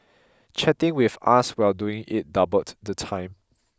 chatting with us while doing it doubled the time